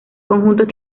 conjuntos